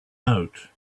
out